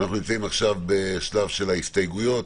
אנחנו נמצאים עכשיו בשלב של ההסתייגויות.